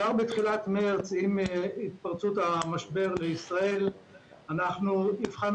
כבר בתחילת מרץ עם התפרצות המשבר בישראל אנחנו הבחנו